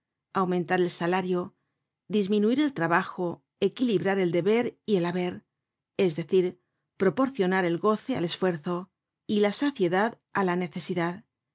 aumentar el salario disminuir el trabajo equilibrar el deber y el haber es decir proporcionar el goce al esfuerzo y la saciedad á la necesidad